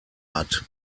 hat